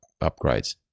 upgrades